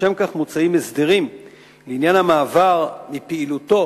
לשם כך מוצעים הסדרים לעניין המעבר מפעילותו